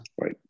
right